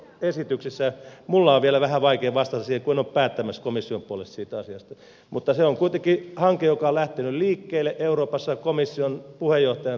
minun on vielä vähän vaikea vastata siihen kun en ole päättämässä komission puolesta siitä asiasta mutta se on kuitenkin hanke joka on lähtenyt liikkeelle euroopassa komission puheenjohtajan toimesta